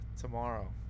Tomorrow